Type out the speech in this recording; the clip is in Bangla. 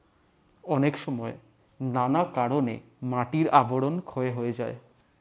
অনেক সময় নানা কারণে মাটির আবরণ ক্ষয় হয়ে যায়